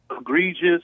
egregious